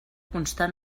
constar